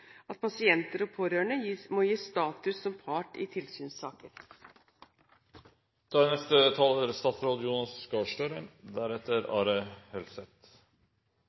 at pasienter og pårørende må gis status som part i